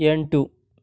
ಎಂಟು